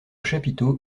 chapiteau